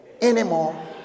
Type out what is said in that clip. anymore